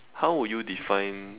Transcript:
how would you define